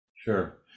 Sure